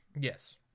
Yes